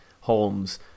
Holmes